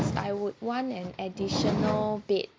I would want an additional bed